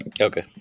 Okay